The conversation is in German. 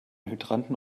hydranten